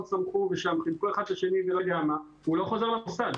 שמחו וחיבקו זה את זה הוא לא חוזר למוסד.